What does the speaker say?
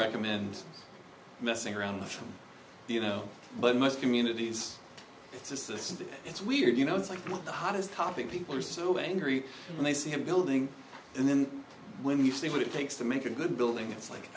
recommend messing around with the you know but most communities it's weird you know it's like the hottest topic people are so angry when they see a building and then when you see what it takes to make a good building it's like